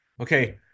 okay